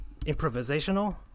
improvisational